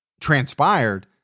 transpired